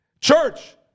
Church